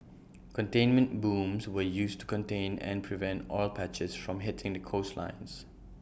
containment booms were used to contain and prevent oil patches from hitting the coastlines